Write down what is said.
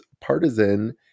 partisan